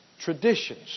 Traditions